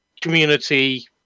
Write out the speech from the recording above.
community